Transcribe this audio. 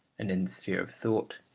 and in the sphere of thought,